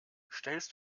stellst